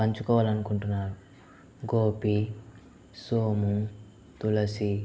పంచుకోవాలనుకుంటున్నాను గోపి సోము తులసి